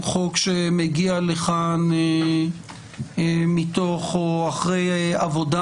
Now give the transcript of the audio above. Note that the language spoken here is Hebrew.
הוא חוק שמגיע לכאן מתוך או אחרי עבודה